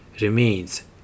remains